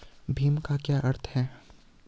भीम का क्या अर्थ है?